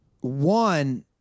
One